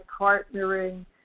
partnering